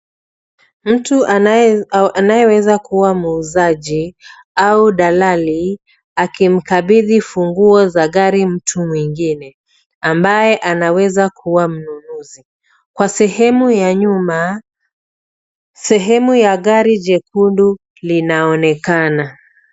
Mtu anayeweza kuwa muuzaji au dalali, akimkabidhi funguo za gari mtu mwingine, ambaye anaweza kuwa mnunuzi. Kwa sehemu ya nyuma, sehemu ya gari jekundu linaonekana.